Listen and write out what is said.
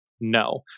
No